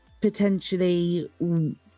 potentially